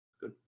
Good